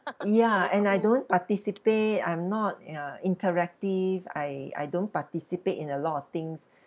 ya and I don't participate I'm not ya interactive I I don't participate in a lot of things